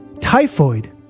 Typhoid